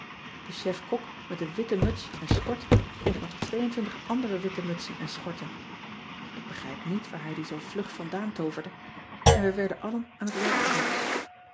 e chef kok met een witte muts en schort kreeg nog andere witte mutsen en schorten ik begrijp niet waar hij die zoo vlug vandaan tooverde en wij werden allen aan het werk gezet